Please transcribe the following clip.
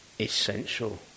essential